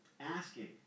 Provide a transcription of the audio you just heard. asking